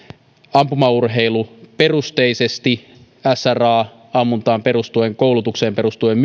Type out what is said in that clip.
ampumaurheiluperusteisesti sra ammuntaan perustuen koulutukseen perustuen